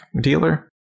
dealer